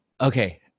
okay